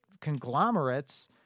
conglomerates